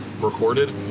recorded